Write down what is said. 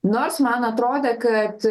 nors man atrodė kad